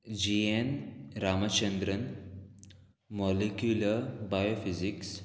जी N Ramachandran molecular biophysics